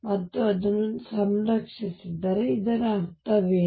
ಮತ್ತು ಅದನ್ನು ಸಂರಕ್ಷಿಸಿದರೆ ಇದರ ಅರ್ಥವೇನು